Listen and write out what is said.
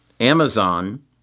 Amazon